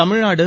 Tamil Nadu